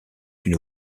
une